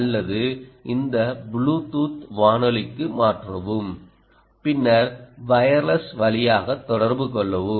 அல்லது இந்த புளூடூத் வானொலிக்கு மாற்றவும் பின்னர் வயர்லெஸ் வழியாக தொடர்பு கொள்ளவும்